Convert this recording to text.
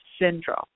syndrome